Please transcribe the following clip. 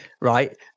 right